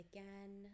Again